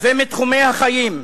ומתחומי החיים.